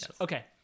Okay